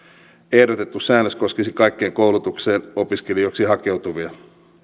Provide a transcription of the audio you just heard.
ehdotettu säännös koskisi kaikkeen koulutukseen opiskelijoiksi hakeutuvia